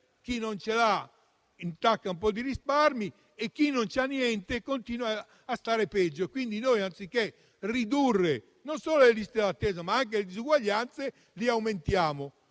chi non ce l'ha intacca un po' di risparmi e chi non ha niente continua a stare peggio, quindi noi, anziché ridurre non solo le liste d'attesa, ma anche le disuguaglianze, le aumentiamo.